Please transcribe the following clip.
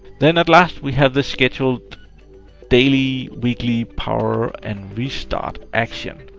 then at last we have the scheduled daily weekly power and restart action.